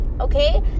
okay